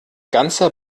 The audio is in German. ganze